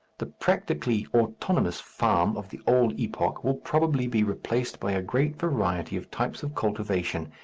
the practically autonomous farm of the old epoch will probably be replaced by a great variety of types of cultivation,